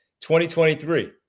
2023